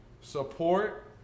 support